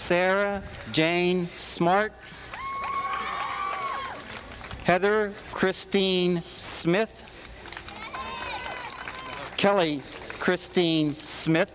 sarah jane smart heather christine smith kelly christine smith